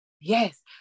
Yes